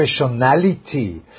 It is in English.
professionality